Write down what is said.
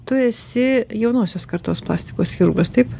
tu esi jaunosios kartos plastikos chirurgas taip